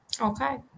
Okay